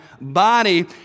body